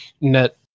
net